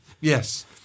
Yes